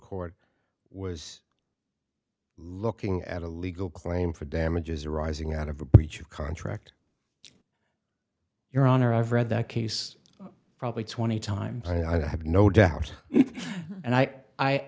court was looking at a legal claim for damages arising out of a breach of contract your honor i've read that case probably twenty times and i have no doubt and i i